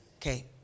Okay